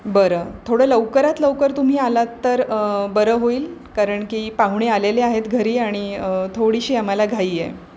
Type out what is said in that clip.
बरं थोडं लवकरात लवकर तुम्ही आलात तर बरं होईल कारण की पाहुणे आलेले आहेत घरी आणि थोडीशी आम्हाला घाई आहे